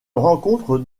rencontre